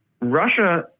Russia